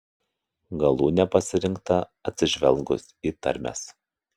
galūnė pasirinkta atsižvelgus į tarmes